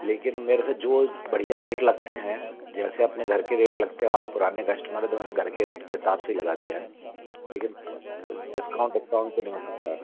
लेकिन मेरे से जो बढ़िया रेट लगते हैं जैसे अपने घर के रेट लगते हो आप पुराने कस्टमर तो घर के रेट के हिसाब से लगा दिया है लेकिन डिस्काउंट डिस्काउंट तो नहीं हो सकता है